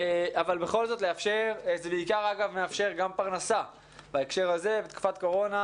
אבל בכל זאת זה מאפשר פרנסה ובתקופת קורונה,